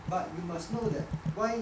but you must know that why